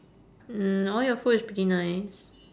mm all your food is pretty nice